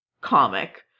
Comic